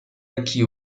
aqui